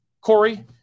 Corey